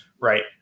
right